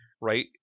right